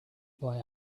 boy